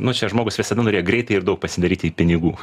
nu čia žmogus visada norėjo greitai ir daug pasidaryti pinigų